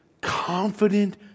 confident